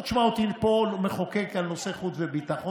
לא תשמע אותי פה מחוקק על נושא חוץ וביטחון.